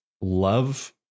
love